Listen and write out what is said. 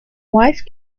wife